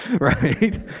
Right